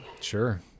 Sure